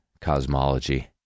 cosmology